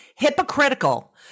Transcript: hypocritical